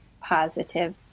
positive